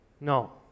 No